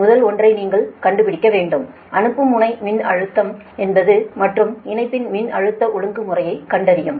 முதல் ஒன்றை நீங்கள் கண்டுபிடிக்க வேண்டும் அனுப்பும் முனை மின்னழுத்தம் மற்றும் இணைப்பின் மின்னழுத்த ஒழுங்குமுறையைக் கண்டறியவும்